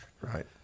right